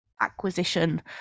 acquisition